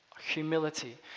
Humility